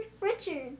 Richard